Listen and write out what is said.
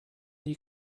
die